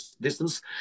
distance